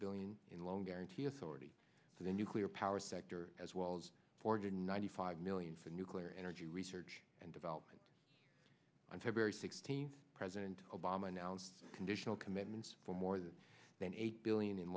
billion in loan guarantee authority for the nuclear power sector as well as for good ninety five million for nuclear energy research and development on february sixteenth president obama announced conditional commitments for more than then eight billion